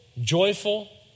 joyful